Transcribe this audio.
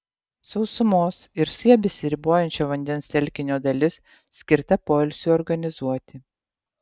sausumos ir su ja besiribojančio vandens telkinio dalis skirta poilsiui organizuoti